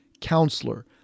Counselor